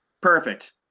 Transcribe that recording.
perfect